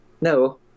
no